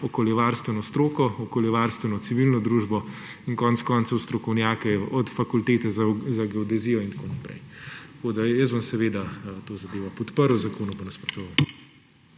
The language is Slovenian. okoljevarstveno stroko, okoljevarstveno civilno družbo in konec koncev strokovnjake od Fakultete za geodezijo in tako naprej. Jaz bom seveda to zadevo podprl, zakonu pa nasprotoval.